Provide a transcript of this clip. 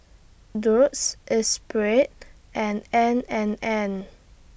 Doux Espirit and N and N